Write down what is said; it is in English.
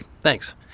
Thanks